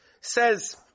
says